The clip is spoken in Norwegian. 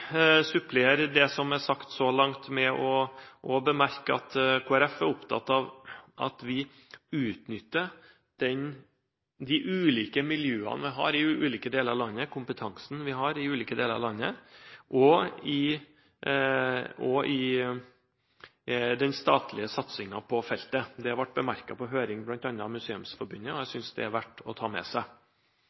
supplere det som er sagt så langt, med å bemerke at Kristelig Folkeparti er opptatt av at vi utnytter de ulike miljøene – kompetansen – vi har i ulike deler av landet også i den statlige satsingen på feltet. Det ble bemerket på høring med bl.a. Museumsforbundet, og jeg synes det er verdt å ta med seg.